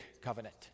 covenant